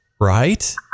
right